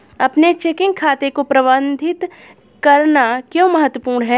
अपने चेकिंग खाते को प्रबंधित करना क्यों महत्वपूर्ण है?